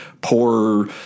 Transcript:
poor